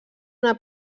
una